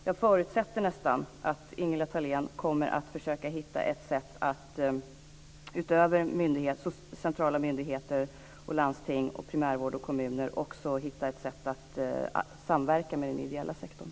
Jag förutsätter nästan att Ingela Thalén kommer att försöka hitta ett sätt att utöver centrala myndigheter, landsting, primärvård och kommuner samverka med den ideella sektorn.